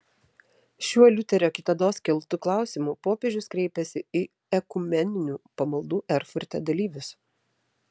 šiuo liuterio kitados keltu klausimu popiežius kreipėsi į ekumeninių pamaldų erfurte dalyvius